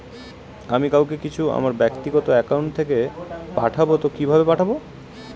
আমি কাউকে কিছু আমার ব্যাক্তিগত একাউন্ট থেকে টাকা পাঠাবো তো কিভাবে পাঠাবো?